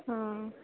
ಹಾಂ